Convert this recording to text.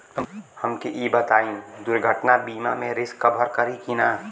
हमके ई बताईं दुर्घटना में रिस्क कभर करी कि ना?